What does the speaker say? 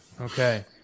Okay